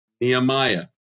Nehemiah